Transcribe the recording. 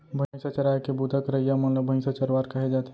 भईंसा चराए के बूता करइया मन ल भईंसा चरवार कहे जाथे